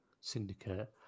Syndicate